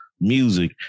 music